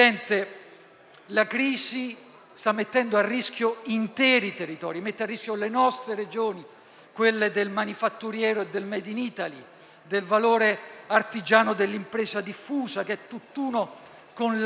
la crisi sta mettendo a rischio interi territori; mette a rischio le nostre Regioni, quelle del manifatturiero e del *made in Italy*, del valore artigiano dell'impresa diffusa, che è tutt'uno con la vita